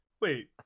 wait